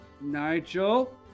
Nigel